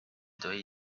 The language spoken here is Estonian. tohi